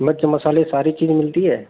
मिर्च मसाले सारी चीज मिलती है